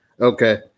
okay